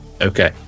Okay